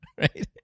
Right